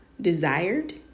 desired